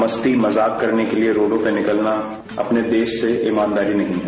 मस्ती मजाक करने के लिए रोड़ों पर निकलना अपने देश से ईमानदारी नहीं है